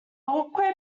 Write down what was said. walkway